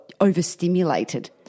overstimulated